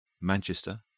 Manchester